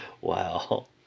Wow